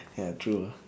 ya true ah